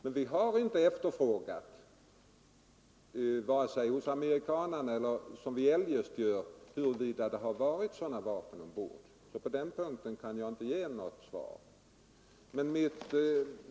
Men vi efterfrågade inte — som vi annars gör — huruvida man hade sådana vapen ombord i detta fall. Jag kan därför inte ge något svar på den punkten.